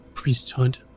priesthood